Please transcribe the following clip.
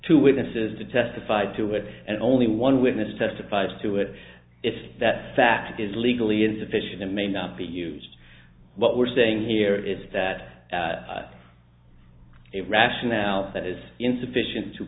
two witnesses that testified to it and only one witness testifies to it if that fact is legally insufficient and may not be used what we're saying here is that it rationale that is insufficient to